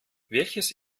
welches